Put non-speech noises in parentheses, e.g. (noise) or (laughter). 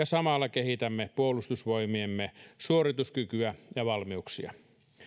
(unintelligible) samalla kehitämme puolustusvoimiemme suorituskykyä ja valmiuksia